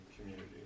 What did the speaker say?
community